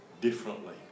differently